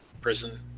prison